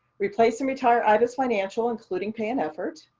replace some retire ibis financial, including pay and effort,